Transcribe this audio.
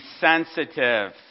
sensitive